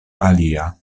alia